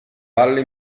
ballo